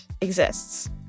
exists